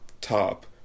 Top